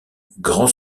grand